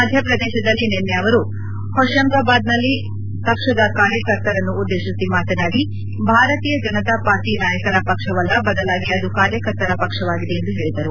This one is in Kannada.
ಮಧ್ಯಪ್ರದೇಶದಲ್ಲಿ ನಿನ್ನೆ ಅವರು ಹೊತಂಗಾಬಾದ್ನಲ್ಲಿ ಪಕ್ಷದ ಕಾರ್ಯಕರ್ತರನ್ನು ಉದ್ದೇಶಿಸಿ ಮಾತನಾಡಿ ಭಾರತೀಯ ಜನತಾ ಪಾರ್ಟ ನಾಯಕರ ಪಕ್ಷವಲ್ಲ ಬದಲಾಗಿ ಅದು ಕಾರ್ಯಕರ್ತರ ಪಕ್ಷವಾಗಿದೆ ಎಂದು ಹೇಳಿದರು